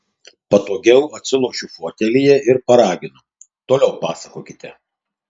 patogiau atsilošiu fotelyje ir paraginu toliau pasakokite